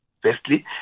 Firstly